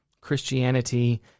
Christianity